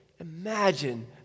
imagine